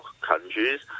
countries